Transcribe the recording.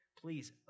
please